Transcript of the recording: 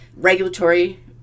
Regulatory